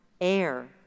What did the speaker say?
air